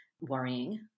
worrying